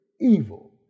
evil